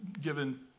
given